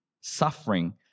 suffering